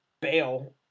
bail